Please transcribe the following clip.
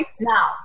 now